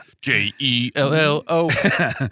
J-E-L-L-O